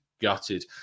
gutted